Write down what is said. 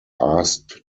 asked